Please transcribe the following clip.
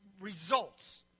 results